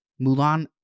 Mulan